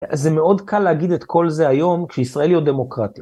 זה מאוד קל להגיד את כל זה היום, כשישראל היא עוד דמוקרטיה.